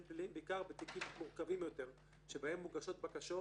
פליליים בעיקר בתיקים מורכבים יותר שבהם מוגשות בקשות